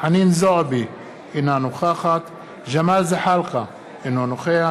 חנין זועבי, אינה נוכחת ג'מאל זחאלקה, אינו נוכח